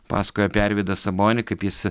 pasakojo apie arvydą sabonį kaip jis